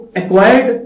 acquired